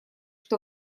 что